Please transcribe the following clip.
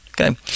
Okay